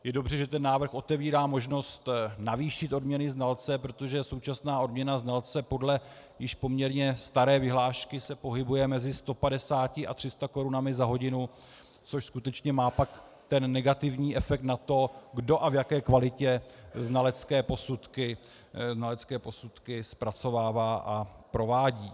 Je dobře, že ten návrh otevírá možnost navýšit odměny znalce, protože současná odměna znalce podle již poměrně staré vyhlášky se pohybuje mezi 150 a 300 korunami za hodinu, což skutečně má pak negativní efekt na to, kdo a v jaké kvalitě znalecké posudky zpracovává a provádí.